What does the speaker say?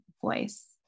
voice